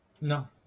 no